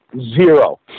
Zero